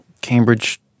Cambridge